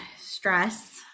stress